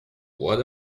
what